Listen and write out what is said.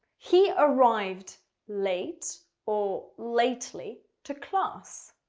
he arrived late or lately to class.